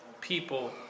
people